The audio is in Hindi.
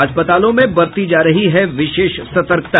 अस्पतालों में बरती जा रही विशेष सतर्कता